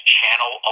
Channel